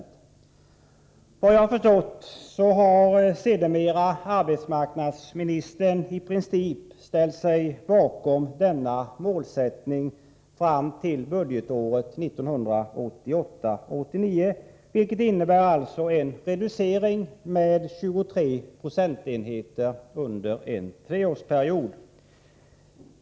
Såvitt jag förstår har arbetsmarknadsministern sedermera i princip ställt sig bakom denna målsättning fram till budgetåret 1988/89. Det skulle alltså bli en reducering med 23 procentenheter under en treårsperiod.